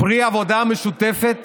פרי עבודה משותפת